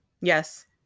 Yes